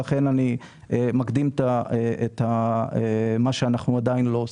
ואני מקדים את המאוחר.